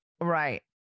Right